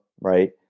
Right